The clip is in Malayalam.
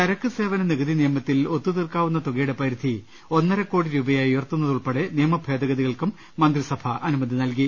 ചരക്കുസേവന നികുതി നിയമത്തിൽ ഒത്തുതീർക്കാവുന്ന തുകയുടെ പരിധി ഒന്നരകോടി രൂപയായി ഉയർ ത്തു ന്നതുൾപ്പെടെ നിയമ ഭേദഗതികൾക്കും മന്ത്രിസഭ അനുമതി നൽകി